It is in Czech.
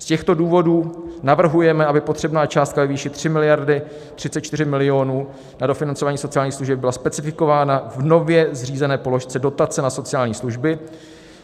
Z těchto důvodů navrhujeme, aby potřebná částka ve výši 3 miliardy 34 milionů na dofinancování sociálních služeb byla specifikována v nově zřízené položce dotace na sociální služby,